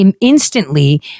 Instantly